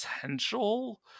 potential